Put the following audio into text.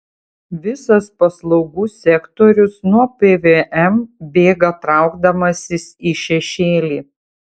visas paslaugų sektorius nuo pvm bėga traukdamasis į šešėlį